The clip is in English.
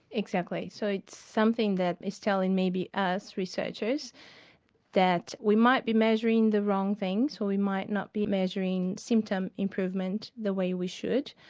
exactly, so it's something that is telling us researchers that we might be measuring the wrong things or we might not be measuring symptom improvement the way we should,